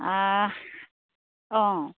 অঁ